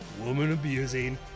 woman-abusing